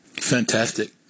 Fantastic